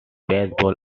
baseball